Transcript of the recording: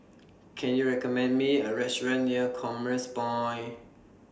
Can YOU recommend Me A Restaurant near Commerce Point